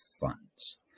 funds